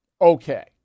Okay